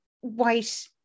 white